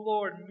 Lord